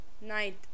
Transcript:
night